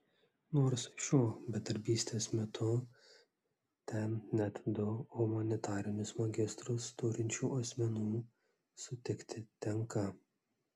nors šiuo bedarbystės metu ten net ir du humanitarinius magistrus turinčių asmenų sutikti tenka